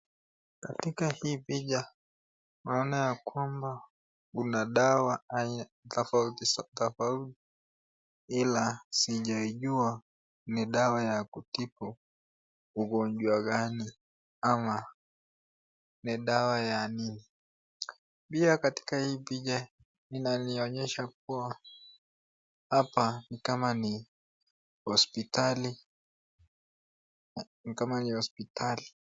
Katika hii picha naona ya kwamba kuna dawa aina tofauti tofauti ila sijaijua ni dawa ya kutibu ugonjwa gani ama ni dawa ya nini. Pia katika hii picha inanionyesha kuwa hapa ni kama ni hospitali. Ni kama ni hospitali.